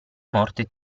morte